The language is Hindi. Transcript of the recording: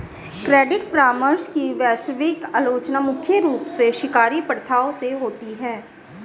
क्रेडिट परामर्श की वैश्विक आलोचना मुख्य रूप से शिकारी प्रथाओं से होती है